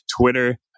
Twitter